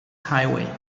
highway